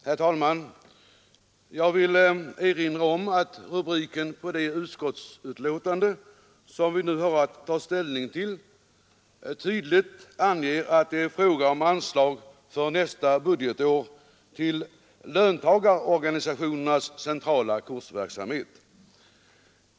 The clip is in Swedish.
Herr talman! Jag vill erinra om att rubriken på det utskottsbetänkande som vi nu har att ta ställning till tydligt anger att det är fråga om anslag för nästa budgetår till löntagarorganisationernas centrala kursverksamhet.